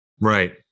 Right